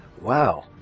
Wow